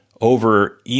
over